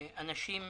ואנשים נפלטים.